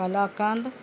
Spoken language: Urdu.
کلاکانند